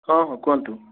ହଁ ହଁ କୁହନ୍ତୁ